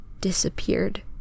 disappeared